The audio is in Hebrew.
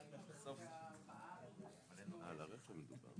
או יש לו כלב שקיבל ממשרד הביטחון וועדת החריגים תשקול.